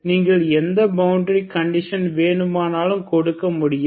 நீங்கள் எந்த boundary condition வேண்டுமானாலும் கொடுக்க முடியும்